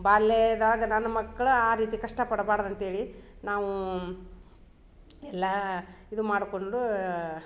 ಬಾಲ್ಯೇದಾಗ ನನ್ನ ಮಕ್ಳು ಆ ರೀತಿ ಕಷ್ಟ ಪಡ್ಬಾರ್ದು ಅಂತೇಳಿ ನಾವು ಎಲ್ಲಾ ಇದು ಮಾಡ್ಕೊಂಡು